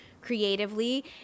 creatively